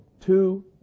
two